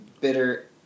bitter